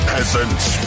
Peasants